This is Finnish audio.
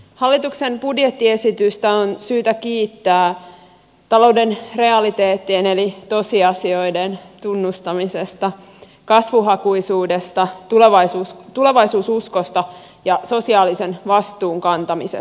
hallituksen budjettiesitystä on syytä kiittää talouden realiteettien eli tosiasioiden tunnustamisesta kasvuhakuisuudesta tulevaisuususkosta ja sosiaalisen vastuun kantamisesta